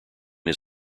his